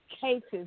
cases